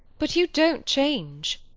but you don't change.